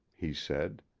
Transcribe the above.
he said.